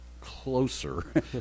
closer